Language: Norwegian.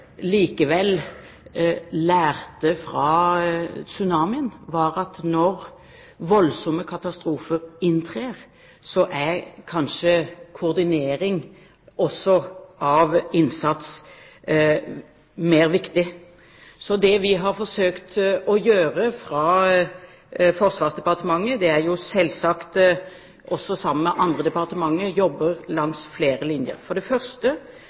likevel lærte fra tsunamien, var at når voldsomme katastrofer inntrer, er kanskje også koordinering av innsats mer viktig. Det vi har forsøkt å gjøre fra Forsvarsdepartementet, og selvsagt sammen med andre departementer, er å jobbe langs flere linjer.